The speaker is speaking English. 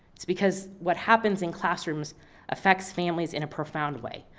it's because what happens in classrooms affects families in a profound way.